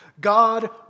God